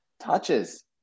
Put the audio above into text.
touches